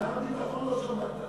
את שר הביטחון לא שמעת,